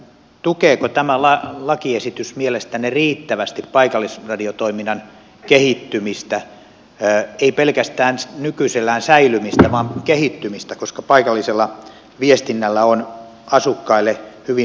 tukeeko tämä lakiesitys mielestänne riittävästi paikallisradiotoiminnan kehittymistä ei pelkästään nykyisellään säilymistä vaan kehittymistä koska paikallisella viestinnällä on asukkaille hyvin suuri merkitys